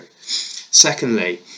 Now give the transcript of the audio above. Secondly